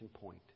point